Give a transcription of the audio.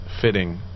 fitting